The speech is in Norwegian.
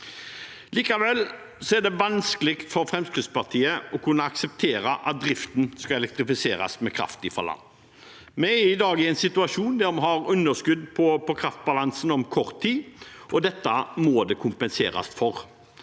Likevel er det vanskelig for Fremskrittspartiet å kunne akseptere at driften skal elektrifiseres med kraft fra land. Vi er i dag i en situasjon der vi om kort tid vil ha underskudd på kraftbalansen, og dette må det kompenseres for.